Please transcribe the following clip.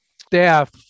staff